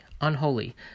unholy